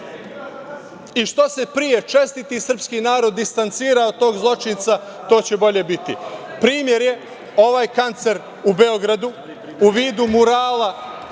i što se pre čestiti srpski narod distancira od tog zločinca, to će bolje biti. Primer je ovaj kancer u Beogradu u vidu murala